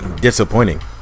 Disappointing